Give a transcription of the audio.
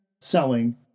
selling